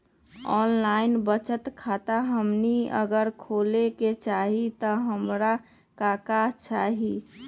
Online बचत खाता हमनी अगर खोले के चाहि त हमरा का का चाहि?